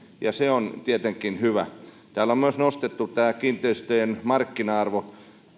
ja se on tietenkin hyvä täällä on myös nostettu tämä kiinteistöjen markkina arvo